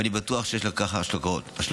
ואני בטוח שיש לכך השלכות.